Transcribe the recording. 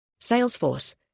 Salesforce